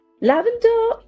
Lavender